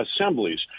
assemblies